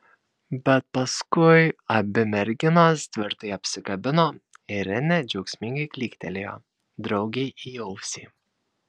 bet paskui abi merginos tvirtai apsikabino ir renė džiaugsmingai klyktelėjo draugei į ausį